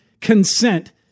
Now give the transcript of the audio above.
consent